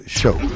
show